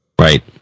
Right